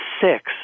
six